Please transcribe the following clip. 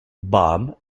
baum